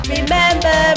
Remember